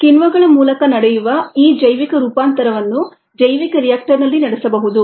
ಕಿಣ್ವಗಳ ಮೂಲಕ ನಡೆಯುವ ಈ ಜೈವಿಕ ರೂಪಾಂತರವನ್ನು ಜೈವಿಕ ರಿಯಾಕ್ಟರ್ನಲ್ಲಿ ನಡೆಸಬಹುದು